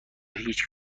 هیچ